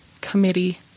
committee